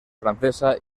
francesa